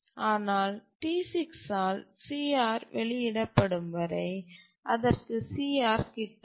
ஆனால் T6 ஆல் CR வெளியிடப்படும் வரை அதற்கு CR கிட்டாது